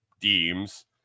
deems